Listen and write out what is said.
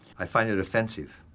i find it offensive.